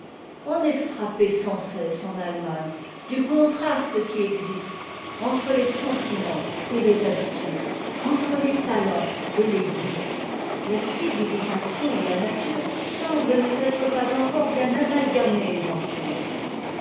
on est frappé sans cesse en allemagne du contraste qui existe entre les sentiments et les habitudes entre les talents et les goûts la civilisation et la nature semblent ne s'être pas encore bien amaigamées ensemble